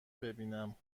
ببینم